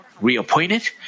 reappointed